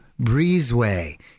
Breezeway